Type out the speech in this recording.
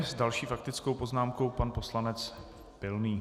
S další faktickou poznámkou pan poslanec Pilný.